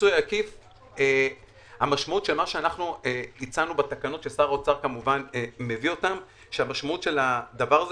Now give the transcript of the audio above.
מה שאנחנו הצענו בתקנות שמשרד האוצר מביא אותן המשמעות של הדבר הזה,